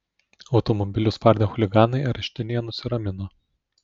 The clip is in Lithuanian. automobilius spardę chuliganai areštinėje nusiramino